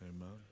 Amen